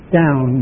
down